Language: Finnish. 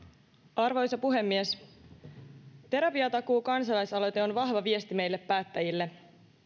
arvoisa puhemies terapiatakuu kansalaisaloite on vahva viesti meille päättäjille